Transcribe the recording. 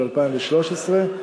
של 2013,